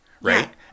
right